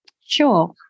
Sure